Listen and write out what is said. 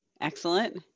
Excellent